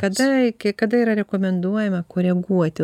kada iki kada yra rekomenduojama koreguoti